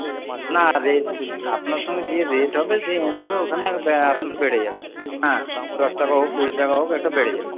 না রেট আপনার সঙ্গে যে রেট হবে সেই হিসাবে ওখানে আপনার বেড়ে যাবে হ্যাঁ দশ টাকা হোক কুড়ি টাকা হোক একটা বেড়ে যাবে